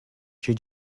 jiu